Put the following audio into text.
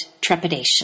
trepidation